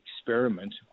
experiment